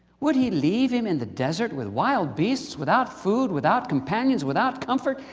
would he leave him in the desert with wild beasts, without food, without companions, without comfort?